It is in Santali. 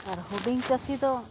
ᱟᱨ ᱦᱩᱰᱤᱝ ᱪᱟᱹᱥᱤ ᱫᱚ